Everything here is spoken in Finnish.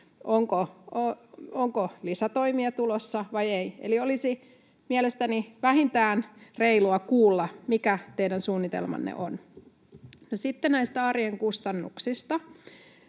onko lisätoimia tulossa vai ei. Eli olisi mielestäni vähintään reilua kuulla, mikä teidän suunnitelmanne on. Sitten näistä arjen kustannuksista: